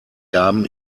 gaben